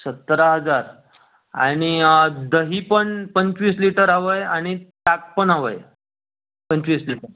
सतरा हजार आणि दही पण पंचवीस लिटर हवं आहे आणि ताक पण हवं आहे पंचवीस लिटर